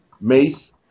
Mace